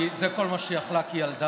כי זה כל מה שהיא אכלה כילדה.